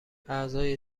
اعضای